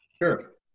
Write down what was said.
Sure